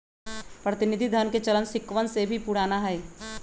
प्रतिनिधि धन के चलन सिक्कवन से भी पुराना हई